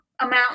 amount